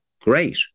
great